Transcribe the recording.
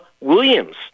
williams